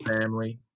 family